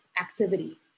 activity